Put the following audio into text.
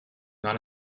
not